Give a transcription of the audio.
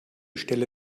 stelle